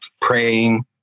praying